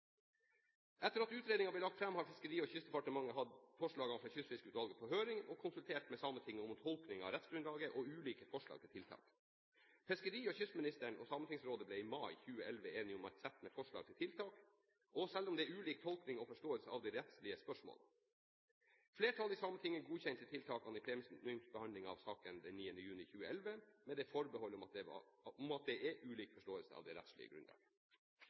Etter at utredningen ble lagt fram, har Fiskeri- og kystdepartementet hatt forslagene fra Kystfiskeutvalget på høring og konsulert med Sametinget om tolkningen av rettsgrunnlaget og ulike forslag til tiltak. Fiskeri- og kystministeren og Sametingsrådet ble i mai 2011 enige om et sett med forslag til tiltak, selv om det er ulik tolkning og forståelse av de rettslige spørsmålene. Flertallet i Sametinget godkjente tiltakene i plenumsbehandlingen av saken den 9. juni 2011, med det forbehold at det er ulik forståelse av det rettslige grunnlaget.